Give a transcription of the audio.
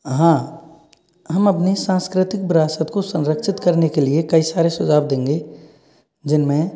हाँ हम अपनी सांस्कृतिक विरासत को संरक्षित करने के लिए कई सारे सुझाव देंगे जिनमें